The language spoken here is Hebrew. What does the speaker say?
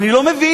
אני לא מבין,